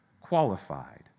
qualified